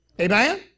Amen